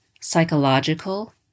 psychological